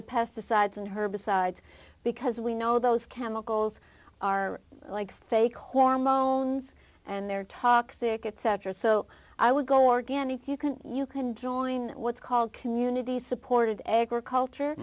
the pesticides and herbicides because we know those chemicals are like fake hormones and they're toxic etc so i would go organic you can you can join what's called community supported agriculture